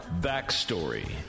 Backstory